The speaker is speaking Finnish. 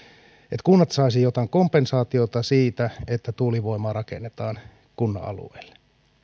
että kunnat saisivat jotain kompensaatiota siitä että tuulivoimaa rakennetaan kunnan alueelle ei ei